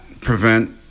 prevent